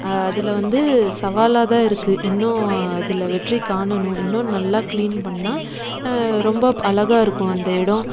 அதில் வந்து சவாலாக தான் இருக்குது இன்னும் அதில் வெற்றி காணணும் இன்னும் நல்லா கிளீன் பண்ணால் ரொம்ப அழகாக இருக்கும் அந்த இடம்